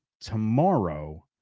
tomorrow